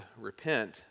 Repent